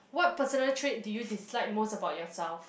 what personal trait do you dislike most about yourself